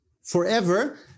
forever